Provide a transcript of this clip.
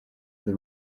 with